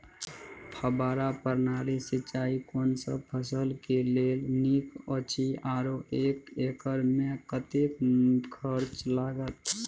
फब्बारा प्रणाली सिंचाई कोनसब फसल के लेल नीक अछि आरो एक एकर मे कतेक खर्च लागत?